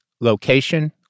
Location